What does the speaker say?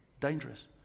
dangerous